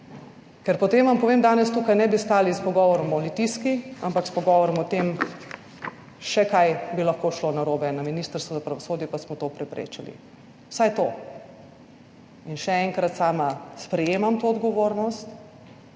ker potem, vam povem, danes tukaj ne bi stali s pogovorom o Litijski, ampak s pogovorom o tem, kaj bi še lahko šlo narobe. Na Ministrstvu za pravosodje pa smo to preprečili, vsaj to. In še enkrat, sama sprejemam to odgovornost,